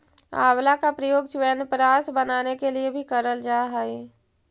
आंवला का प्रयोग च्यवनप्राश बनाने के लिए भी करल जा हई